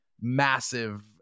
massive